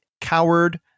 coward